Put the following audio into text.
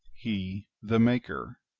he the maker,